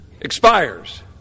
expires